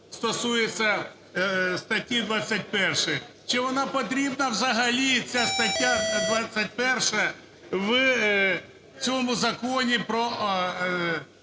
стосується статті 21. Чи вона потрібна взагалі ця стаття 21 в цьому Законі про